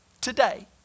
today